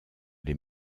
les